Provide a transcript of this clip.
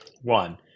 One